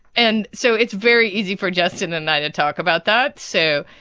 and so it's very easy for justin and i to talk about that. so,